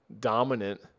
dominant